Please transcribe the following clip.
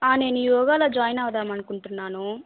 ఆ నేను యోగాలో జాయిన్ అవుదాము అనుకుంటున్నాను